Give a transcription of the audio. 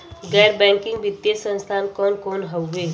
गैर बैकिंग वित्तीय संस्थान कौन कौन हउवे?